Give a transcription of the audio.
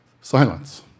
Silence